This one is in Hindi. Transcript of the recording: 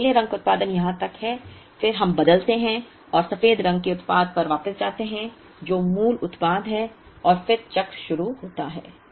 तो नीले रंग का उत्पादन यहां तक है फिर हम बदलते हैं और सफेद रंग के उत्पाद पर वापस जाते हैं जो मूल उत्पाद है और फिर चक्र शुरू होता है